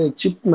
chip